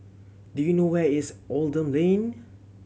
do you know where is Oldham Lane